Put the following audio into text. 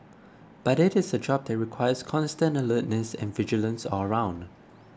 but it is a job that requires constant alertness and vigilance all round